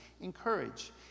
encourage